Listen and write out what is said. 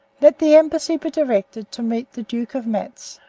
let the embassy be directed to meet the duke of matz,